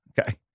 Okay